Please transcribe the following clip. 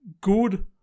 good